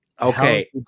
okay